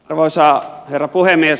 arvoisa herra puhemies